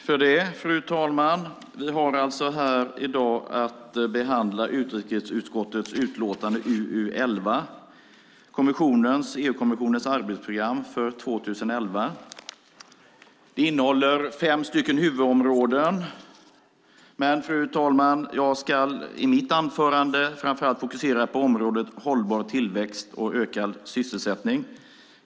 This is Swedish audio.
Fru talman! Vi har i dag att behandla utrikesutskottets utlåtande UU11 Kommissionens arbetsprogram för 2011 . Det innehåller fem huvudområden. I mitt anförande ska jag framför allt fokusera på området hållbar tillväxt och ökad sysselsättning.